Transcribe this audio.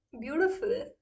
beautiful